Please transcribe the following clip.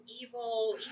Evil